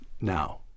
now